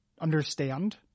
understand